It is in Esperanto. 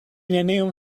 neniom